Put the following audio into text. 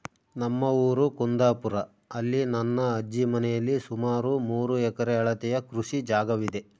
ನಮ್ಮ ಊರು ಕುಂದಾಪುರ, ಅಲ್ಲಿ ನನ್ನ ಅಜ್ಜಿ ಮನೆಯಲ್ಲಿ ಸುಮಾರು ಮೂರು ಎಕರೆ ಅಳತೆಯ ಕೃಷಿ ಜಾಗವಿದೆ